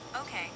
Okay